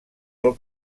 del